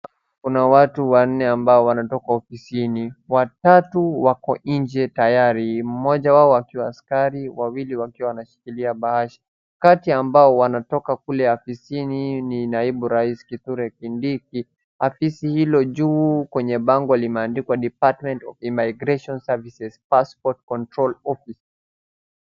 Kuna watu wa nne ambao wanatoka ofisini, watatu wako nje tayari mmoja wao akiwa askari wawili wakiwa wanashikilia bahasha, kati ya wale wanao toka kule afisini ni naibu wa raisi Kithure Kindiki. afisini hilo juu kwenye bango limeandikwa Department of immigration services passport and control office .